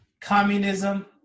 communism